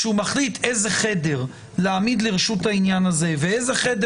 כשהוא מחליט איזה חדר להעמיד לרשות העניין הזה ואיזה חדר